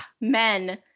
Men